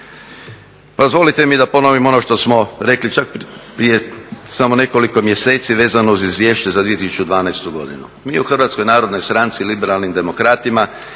Dozvolite mi da ponovim ono što smo rekli čak prije samo nekoliko mjeseci vezano uz Izvješće za 2012. godinu. Mi u HNS-u želimo jasno ukazati